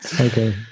Okay